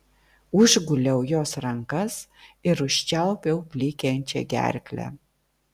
užguliau jos rankas ir užčiaupiau klykiančią gerklę